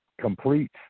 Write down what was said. complete